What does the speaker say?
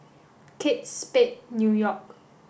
Kate Spade New York